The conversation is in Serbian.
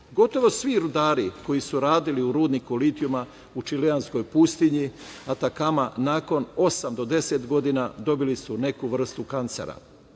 Gotovo svi rudari koji su radili u rudniku litijuma u čileanskoj pustinji Atakama nakon osam do 10 godina dobili su neku vrstu kancera. Ugledni